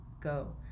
go